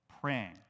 praying